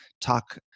talk